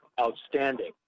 outstanding